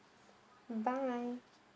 mm bye